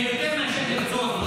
זה יותר מאשר לרצוח פלסטינים.